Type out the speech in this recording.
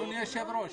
הצעה שלישית.